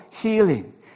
healing